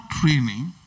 training